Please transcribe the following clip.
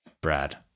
Brad